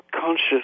conscious